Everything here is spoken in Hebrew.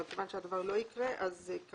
אבל כיוון שהדבר לא יקרה כרגע,